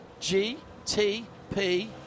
GTP